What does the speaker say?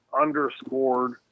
underscored